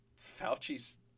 Fauci's